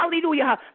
Hallelujah